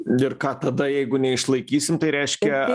ir ką tada jeigu neišlaikysim tai reiškia